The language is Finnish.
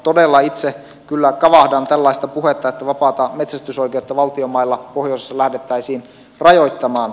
todella itse kyllä kavahdan tällaista puhetta että vapaata metsästysoikeutta valtion mailla pohjoisessa lähdettäisiin rajoittamaan